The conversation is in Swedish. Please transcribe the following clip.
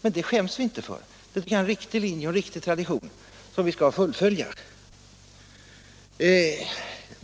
men det skäms vi inte för. Det tycker jag är en riktig linje och en riktig tradition, som vi skall fullfölja.